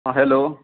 हाँ हैलो